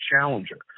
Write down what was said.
challenger